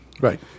Right